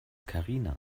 karina